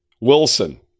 Wilson